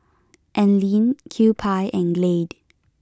Anlene Kewpie and Glade